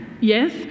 yes